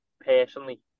personally